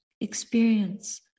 experience